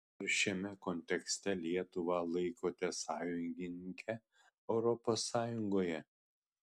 ar šiame kontekste lietuvą laikote sąjungininke europos sąjungoje